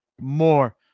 More